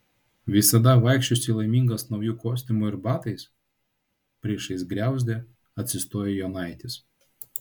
visada vaikščiosi laimingas nauju kostiumu ir batais priešais griauzdę atsistojo jonaitis